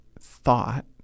thought